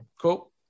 Cool